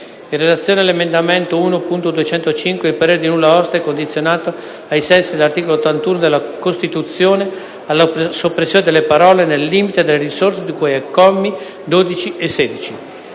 In relazione all’emendamento 1.205 il parere di nulla osta econdizionato, ai sensi dell’articolo 81 della Costituzione, alla soppressione delle parole: «nel limite delle risorse di cui ai commi 12 e 16».